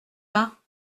pas